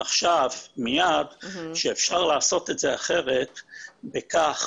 עכשיו ומיד שאפשר לעשות את זה אחרת בכך